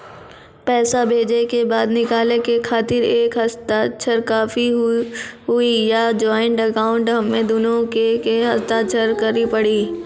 पैसा भेजै के बाद निकाले के खातिर एक के हस्ताक्षर काफी हुई या ज्वाइंट अकाउंट हम्मे दुनो के के हस्ताक्षर करे पड़ी?